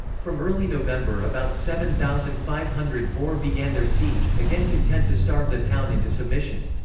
from early november about seven thousand five hundred boer began their siege, again content to starve the town into submission.